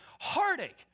heartache